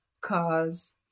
Cause